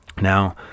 now